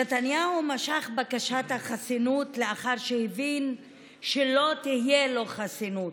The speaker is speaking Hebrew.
נתניהו משך את בקשת החסינות לאחר שהבין שלא תהיה לו חסינות,